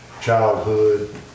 childhood